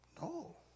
No